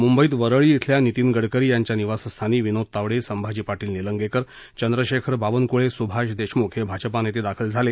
मुंबईत वरळी शिल्या नितीन गडकरी यांच्या निवासस्थानी विनोद तावडे संभाजी पाटील निलंगेकर चंद्रशेखर बावनकुळे सुभाष देशमुख दाखल झाले